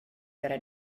gyda